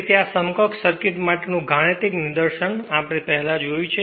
તેથી આ સમકક્ષ સર્કિટ માટેનું ગાણિતિક નિદર્શન આપણે પહેલાં જોયું છે